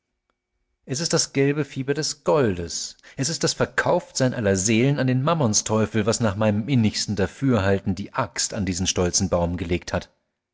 es ist das gelbe fieber des goldes es ist das verkauftsein aller seelen an den mammonsteufel was nach meinem innigsten dafürhalten die axt an diesen stolzen baum gelegt hat